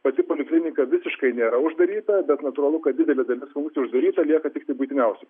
pati poliklinika visiškai nėra uždaryta bet natūralu kad didelė dalis funkcijų uždaryta lieka tiktai būtiniausių